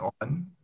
on